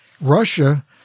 Russia